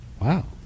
wow